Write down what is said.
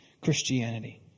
Christianity